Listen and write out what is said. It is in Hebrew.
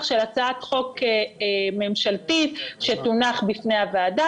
של הצעת חוק ממשלתית שתונח בפני הוועדה,